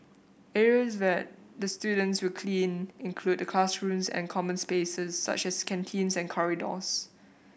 areas that the students will clean include the classrooms and common spaces such as canteens and corridors